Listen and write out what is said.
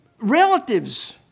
relatives